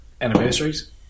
anniversaries